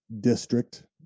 district